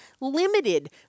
limited